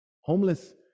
homeless